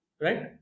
Right